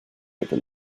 iddyn